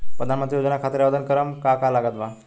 प्रधानमंत्री योजना खातिर आवेदन करम का का लागत बा?